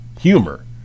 humor